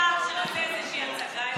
איזה הצגה יפה.